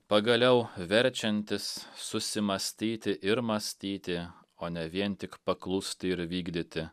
pagaliau verčiantys susimąstyti ir mąstyti o ne vien tik paklūsti ir vykdyti